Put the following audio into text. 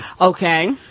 Okay